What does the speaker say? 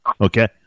Okay